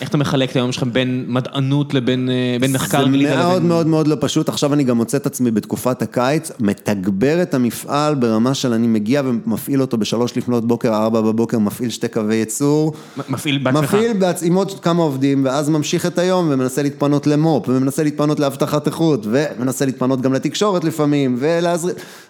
איך אתה מחלק את היום שלכם בין מדענות לבין מחקר גלידה? זה מאוד מאוד מאוד לא פשוט, עכשיו אני גם מוצא את עצמי בתקופת הקיץ, מתגבר את המפעל ברמה שאני מגיע ומפעיל אותו בשלוש לפנות בוקר, ארבע בבוקר, מפעיל שתי קווי ייצור. מפעיל בעצמך? מפעיל עם עוד כמה עובדים, ואז ממשיך את היום, ומנסה להתפנות למו"פ, ומנסה להתפנות לאבטחת איכות, ומנסה להתפנות גם לתקשורת לפעמים, ואז